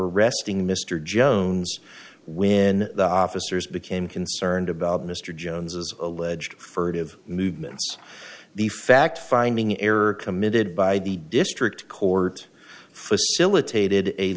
arresting mr jones when the officers became concerned about mr jones's alleged furtive movements the fact finding error committed by the district court facilitated a